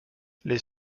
les